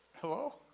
Hello